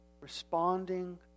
responding